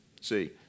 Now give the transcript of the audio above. see